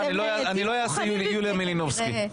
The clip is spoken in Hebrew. אני לא אעשה יוליה מלינובסקי.